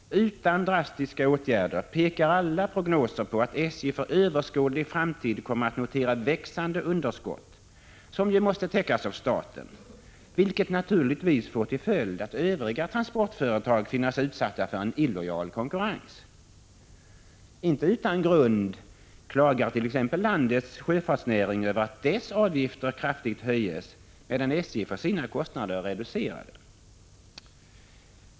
Utan drastiska åtgärder, det pekar alla prognoser på, kommer SJ för överskådlig framtid att notera växande underskott, som ju måste täckas av staten. Det får naturligtvis till följd att övriga transportföretag finner sig utsatta för en illojal konkurrens. Icke utan grund klagar t.ex. landets sjöfartsnäring över att dess avgifter kraftigt höjs, medan SJ får sina kostnader reducerade.